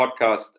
podcast